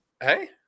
Hey